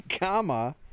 Comma